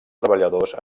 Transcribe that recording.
treballadors